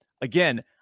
again